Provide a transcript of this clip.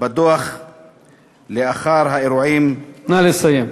בדוח לאחר האירועים, נא לסיים.